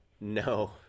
No